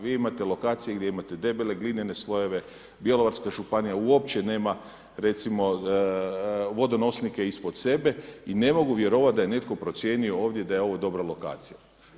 Vi imate lokacije gdje imate debele glinene slojeve, Bjelovarska županija uopće nema recimo vodonosnike ispod sebe i ne mogu vjerovati da je netko procijenio ovdje da je ovo dobra lokacija.